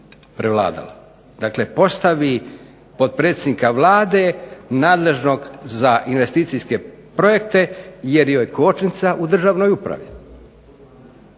prevladala, dakle postavi potpredsjednika Vlade nadležnog za investicijske projekte, jer joj je kočnica u državnoj upravi.